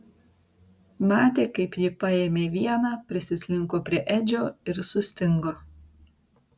matė kaip ji paėmė vieną prisislinko prie edžio ir sustingo